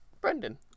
Brendan